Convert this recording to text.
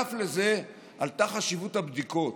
נוסף לזה עלתה חשיבות הבדיקות,